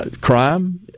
Crime